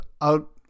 Out